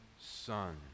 son